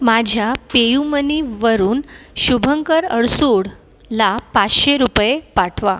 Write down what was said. माझ्या पेयूमनीवरून शुभंकर अडसूडला पाचशे रुपये पाठवा